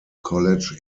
college